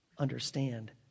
understand